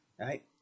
right